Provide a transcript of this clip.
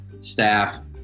staff